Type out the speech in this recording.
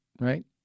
Right